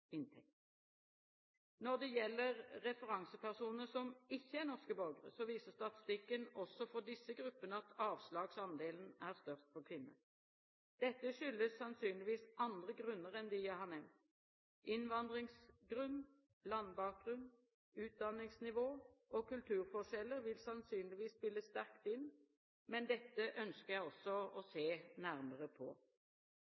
Når det gjelder referansepersoner som ikke er norske borgere, viser statistikken også for disse gruppene at avslagsandelen er størst for kvinner. Dette har sannsynligvis andre grunner enn dem jeg har nevnt. Innvandringsgrunn, landbakgrunn, utdanningsnivå og kulturforskjeller vil sannsynligvis spille sterkt inn, men dette ønsker jeg også å se